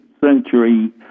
century